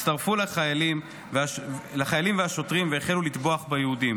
הצטרפו לחיילים ולשוטרים והחלו לטבוח ביהודים,